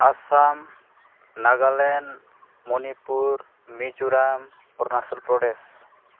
Assam Nagaland Manipur Mizoram Arunachal Pradesh